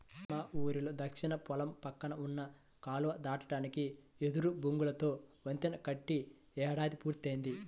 మా ఊరిలో దక్షిణ పొలం పక్కన ఉన్న కాలువ దాటడానికి వెదురు బొంగులతో వంతెన కట్టి ఏడాది పూర్తయ్యింది